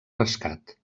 rescat